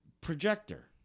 projector